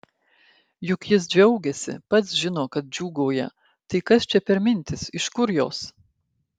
juk jis džiaugiasi pats žino kad džiūgauja tai kas čia per mintys iš kur jos